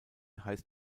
heißt